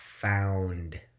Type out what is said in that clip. found